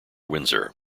windsor